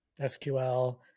SQL